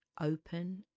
open